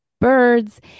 birds